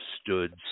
Stood